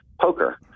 poker